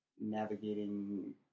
navigating